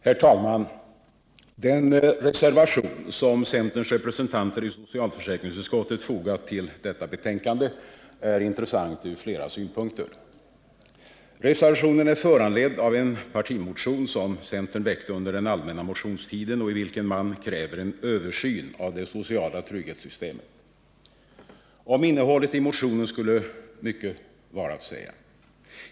Herr talman! Den reservation som centerns representanter i socialförsäkringsutskottet fogat vid detta betänkande är från flera synpunkter intressant. Reservationen är föranledd av en partimotion som centern väckte under den allmänna motionstiden och i vilken man kräver en översyn av det sociala trygghetssystemet. Om innehållet i motionen skulle man kunna säga mycket.